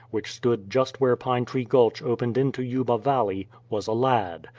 which stood just where pine tree gulch opened into yuba valley, was a lad,